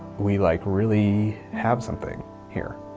we like really have something here.